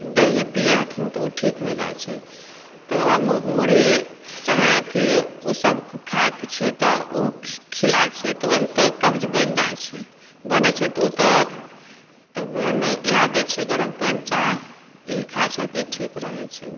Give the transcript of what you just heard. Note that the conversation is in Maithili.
दै हिए पिए हथिन तऽ ओ ठीक हो जाइ छै तकरा बाद मु मुड़ही चाहे अथी ओसबके खाइके छै तऽ ओ खि खिलाइ छिए तऽ ओहिमे तऽ कब्ज बनि जाइ छै बनै छै तऽ ओ तऽ तब हमे इएह दै छिए गरम पानि चाइ ई खाइ छै तऽ ई ठीक रहै छै